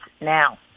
now